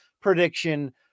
prediction